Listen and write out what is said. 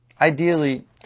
Ideally